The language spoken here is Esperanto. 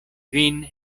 vin